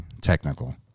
technical